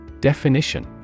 Definition